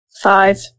Five